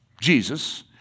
Jesus